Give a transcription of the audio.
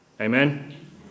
Amen